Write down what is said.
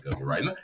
right